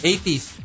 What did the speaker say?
80s